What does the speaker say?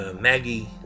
Maggie